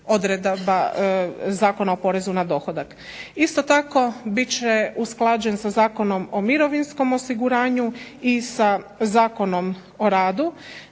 odredaba Zakona o porezu na dohodak. Isto tako bit će usklađen sa Zakonom o mirovinskom osiguranju i sa Zakonom o radu.